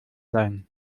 sein